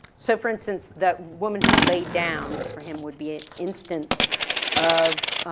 so for instance, that woman who laid down for him would be an instance of,